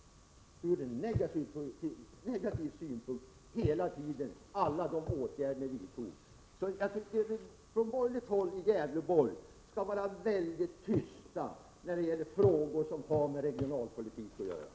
Så var det under hela den tiden, och det gäller alla åtgärder ni vidtog. Jag tycker att man från borgerligt håll i Gävleborg skall vara väldigt tyst när det gäller frågor som har med regionalpolitik att göra.